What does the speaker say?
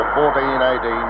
14-18